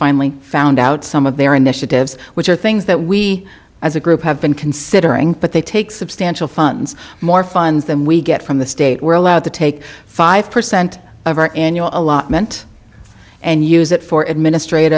finally found out some of their initiatives which are things that we as a group have been considering but they take substantial funds more funds than we get from the state we're allowed to take five percent of our annual allotment and use it for administrat